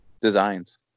designs